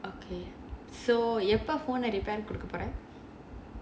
okay so எப்போ:eppo phone repair கொடுக்க போற:kodukka pora